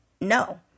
no